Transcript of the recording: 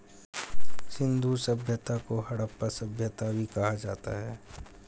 सिंधु सभ्यता को हड़प्पा सभ्यता भी कहा जाता है